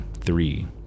three